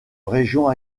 région